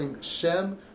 Shem